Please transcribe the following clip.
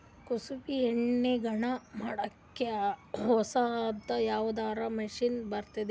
ಕುಸುಬಿ ಎಣ್ಣೆ ಗಾಣಾ ಮಾಡಕ್ಕೆ ಹೊಸಾದ ಯಾವುದರ ಮಷಿನ್ ಬಂದದೆನು?